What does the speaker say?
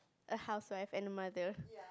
a housewife and a mother